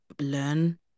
learn